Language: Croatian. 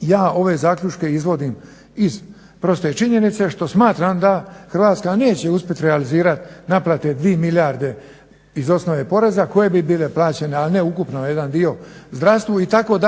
Ja ove zaključke izvodim iz proste činjenice što smatram da Hrvatska neće uspjet realizira naplate 2 milijarde iz osnove poreza koje bi bile plaćene, ali ne ukupno, jedan dio zdravstvu itd.